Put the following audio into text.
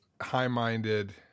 high-minded